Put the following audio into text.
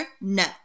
No